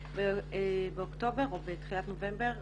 באוקטובר או בתחילת נובמבר,